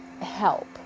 help